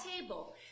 table